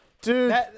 Dude